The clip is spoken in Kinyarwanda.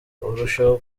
urusheho